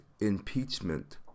impeachment